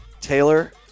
Taylor